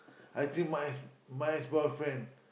I think my mine is mine is boyfriend